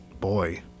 boy